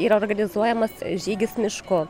yra organizuojamas žygis mišku